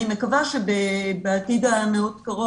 אני מקווה שבעתיד המאוד קרוב,